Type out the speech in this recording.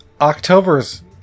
October's